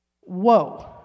Whoa